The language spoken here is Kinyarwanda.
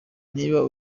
niba